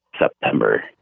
September